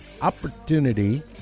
opportunity